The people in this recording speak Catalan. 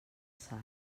sal